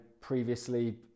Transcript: previously